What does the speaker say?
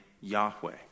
Yahweh